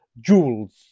jewels